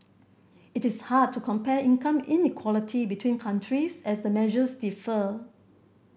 it is hard to compare income inequality between countries as the measures differ